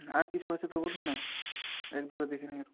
আর কিছু আছে তো বলুন না এক দুটো দেখে নিই